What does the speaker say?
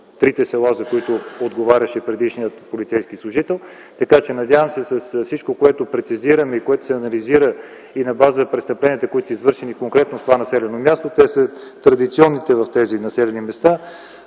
трите села, за които отговаряше предишният полицейски служител. Така че, надявам се с всичко, което прецизираме, което се анализира и на база престъпленията, които са извършени конкретно в това населено място, те са традиционните в тези населени места